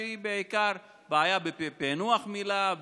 שהיא בעיקר בעיה בפענוח מילה,